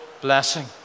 blessing